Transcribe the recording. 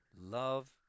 Love